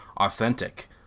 authentic